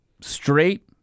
straight